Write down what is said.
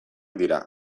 dira